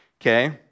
okay